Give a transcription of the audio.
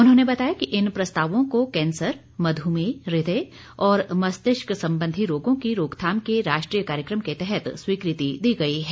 उन्होंने बताया कि इन प्रस्तावों को कैंसर मधुमेह हृदय और मस्तिष्क संबंधी रोगों की रोकथाम को राष्ट्रीय कार्यक्रम के तहत स्वीकृति दी गई है